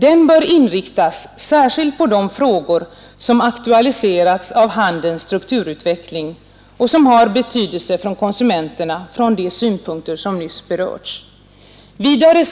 Den bör inriktas särskilt på de frågor som aktualiserats av handelns strukturutveckling och som har betydelse för konsumenterna från de synpunkter som nyss berörts.” Vidare: